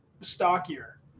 stockier